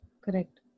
correct